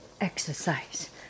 exercise